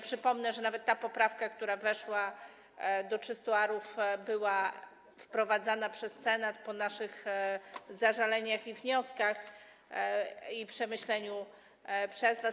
Przypomnę, że nawet ta poprawka, która weszła - do 300 a - była wprowadzana przez Senat po naszych zażaleniach i wnioskach i przemyśleniu przez was.